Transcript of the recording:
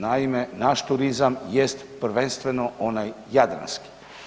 Naime, naš turizam jest prvenstveno onaj jadranski.